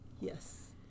Yes